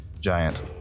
giant